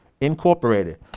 Incorporated